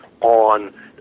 on